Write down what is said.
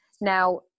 Now